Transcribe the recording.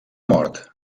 mort